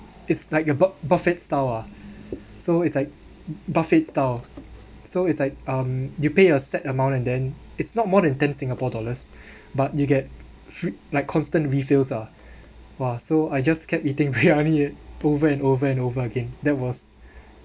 it's like a buff~ buffet style ah so it's like buffet style so it's like um you pay a set amount and then it's not more than ten singapore dollars but you get free like constant refills ah !wah! so I just kept eating briyani it over and over and over again that was